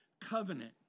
covenant